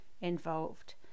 involved